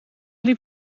liep